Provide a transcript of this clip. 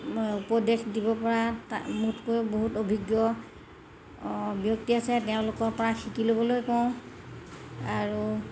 উপদেশ দিবপৰা মোতকৈ বহুত অভিজ্ঞ ব্যক্তি আছে তেওঁলোকৰপৰা শিকি ল'বলৈ কওঁ আৰু